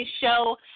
show